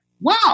wow